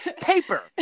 paper